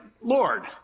Lord